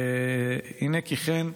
והינה כי כן,